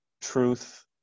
truth